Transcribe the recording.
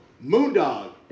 Moondog